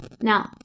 Now